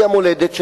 שהיא המולדת שלנו,